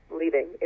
leaving